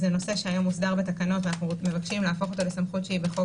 נושא שהיום מוסדר בתקנות - אנו מבקשים להפוך את זה לסמכות שבחוק